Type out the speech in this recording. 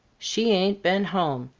she ain't been home.